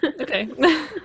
Okay